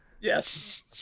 Yes